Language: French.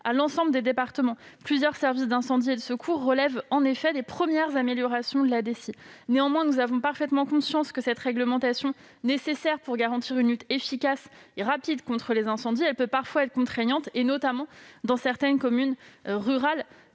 à tous les départements. Plusieurs services d'incendie et de secours relèvent, en effet, les premières améliorations de la DECI. Nous avons néanmoins parfaitement conscience que cette réglementation, nécessaire pour garantir une lutte efficace et rapide contre les incendies, peut parfois être contraignante dans certaines communes rurales.